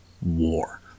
war